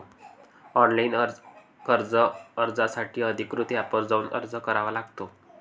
online कर्ज अर्जासाठी अधिकृत एपवर जाऊन अर्ज करावा लागतो